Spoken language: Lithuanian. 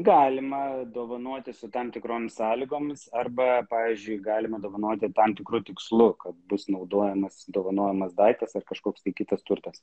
galima dovanoti su tam tikromis sąlygomis arba pavyzdžiui galima dovanoti tam tikru tikslu kad bus naudojamas dovanojamas daiktas ar kažkoks kitas turtas